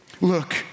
look